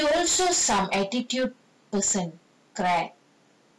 but he also some attitude person correct